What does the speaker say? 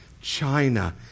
China